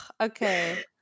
Okay